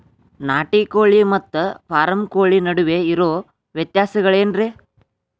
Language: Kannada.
ನಾಟಿ ಕೋಳಿ ಮತ್ತ ಫಾರಂ ಕೋಳಿ ನಡುವೆ ಇರೋ ವ್ಯತ್ಯಾಸಗಳೇನರೇ?